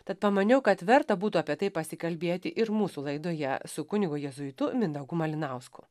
tad pamaniau kad verta būtų apie tai pasikalbėti ir mūsų laidoje su kunigu jėzuitu mindaugu malinausku